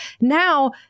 Now